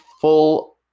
full